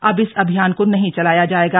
अब इस अभियान को नहीं चलाया जायेगा